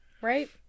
Right